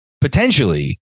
potentially